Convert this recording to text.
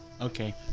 Okay